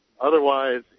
Otherwise